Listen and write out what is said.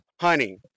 honey